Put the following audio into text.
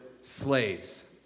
slaves